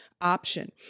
option